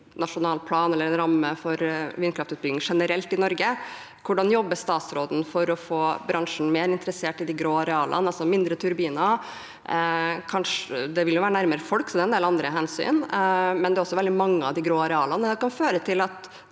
nasjonal plan eller en ramme for vindkraftutbygging generelt i Norge, hvordan jobber statsråden for å få bransjen mer interessert i de grå arealene, altså mindre turbiner? Det vil være nærmere folk, så det er en del andre hensyn å ta, men det er også veldig mange av de grå arealene som kan føre til en